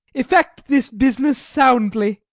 effect this business soundly.